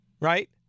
right